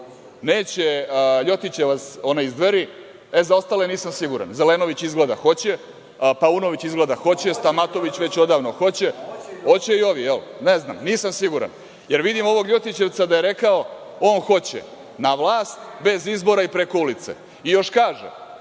neće ljotićevac onaj iz Dveri. Za ostale nisam siguran. Zelenović izgleda hoće, Paunović izgleda hoće, Stamatović već odavno hoće, hoće i ovi, jel? Ne znam. Nisam siguran. Jer vidim ovog ljotićevca da je rekao, on hoće na vlast bez izbora i preko ulice i još kaže,